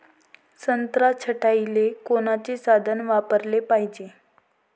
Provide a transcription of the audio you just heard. संत्रा छटाईले कोनचे साधन वापराले पाहिजे?